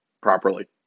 properly